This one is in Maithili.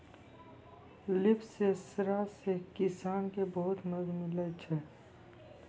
लिफ सेंसर से किसान के बहुत मदद मिलै छै